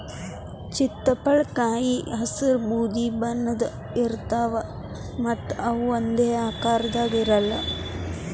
ಚಿತ್ತಪಳಕಾಯಿ ಹಸ್ರ್ ಬೂದಿ ಬಣ್ಣದ್ ಇರ್ತವ್ ಮತ್ತ್ ಇವ್ ಒಂದೇ ಆಕಾರದಾಗ್ ಇರಲ್ಲ್